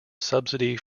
subsidy